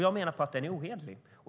Jag menar att den är ohederlig.